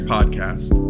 Podcast